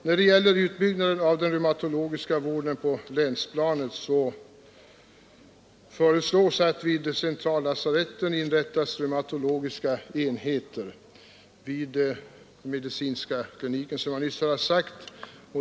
När det gäller utbyggnaden av den reumatologiska vården på länsplanet föreslås att vid centrallasaretten inrättas reumatologiska enheter vid medicinska kliniken.